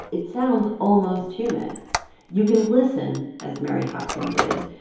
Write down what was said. it sounds almost human you can listen, as mary hopkin did,